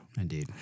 Indeed